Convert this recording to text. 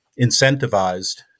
incentivized